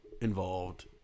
involved